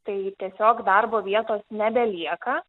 tai tiesiog darbo vietos nebelieka